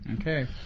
Okay